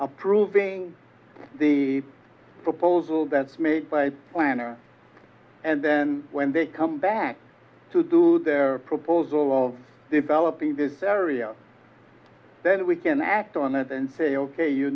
approving the proposal that's made by planner and then when they come back to do their proposal developing this area then we can act on that and say ok you